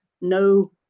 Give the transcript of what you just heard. no